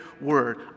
Word